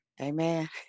Amen